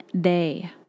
day